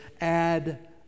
add